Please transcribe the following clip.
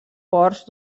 ports